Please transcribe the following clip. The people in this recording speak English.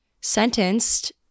sentenced